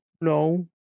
no